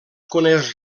coneix